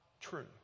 true